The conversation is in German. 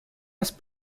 erst